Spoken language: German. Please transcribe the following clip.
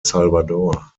salvador